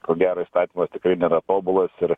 ko gero įstatymas tikrai nėra tobulas ir